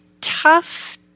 tough